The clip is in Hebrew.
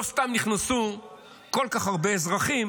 לא סתם נכנסו כל כך הרבה אזרחים